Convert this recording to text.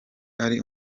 ari